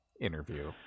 interview